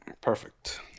Perfect